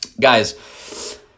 guys